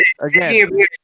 again